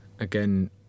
Again